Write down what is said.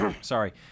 sorry